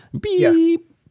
Beep